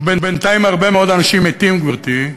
ובינתיים הרבה מאוד אנשים מתים, גברתי,